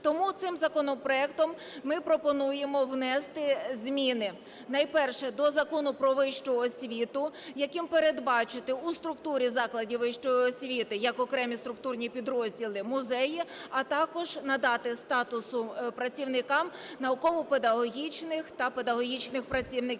Тому цим законопроектом ми пропонуємо внести зміни, найперше, до Закону "Про вищу освіту", яким передбачити у структурі закладів вищої освіти як окремі структурні підрозділи музеї, а також надати статусу працівникам науково-педагогічних та педагогічних працівників.